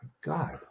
God